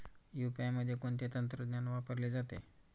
UPI मध्ये कोणते तंत्रज्ञान वापरले जाते?